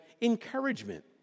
encouragement